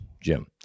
Jim